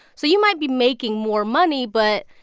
so you might be making more money but,